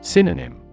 Synonym